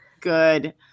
good